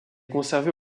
conservée